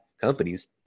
companies